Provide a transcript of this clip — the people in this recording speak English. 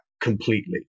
completely